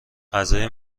غذای